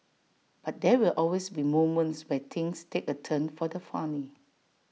but there will always be moments where things take A turn for the funny